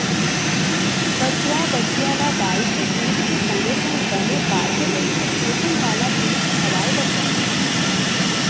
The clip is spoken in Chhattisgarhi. बछवा, बछिया ल दाई के दूद के संगे संग बने बाढ़य कइके पोसन वाला जिनिस खवाए बर परथे